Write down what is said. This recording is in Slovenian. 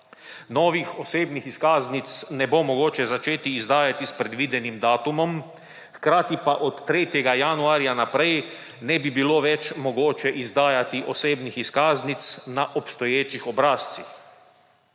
Novih osebnih izkaznic ne bo mogoče začeti izdajati s predvidenim datumom, hkrati pa od 3. januarja naprej ne bi bilo več mogoče izdajati osebnih izkaznic na obstoječih obrazcih.